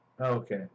Okay